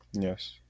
Yes